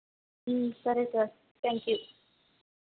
సరే sir thank you